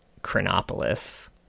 Chronopolis